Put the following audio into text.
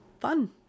fun